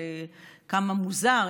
כמה מוזר,